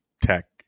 tech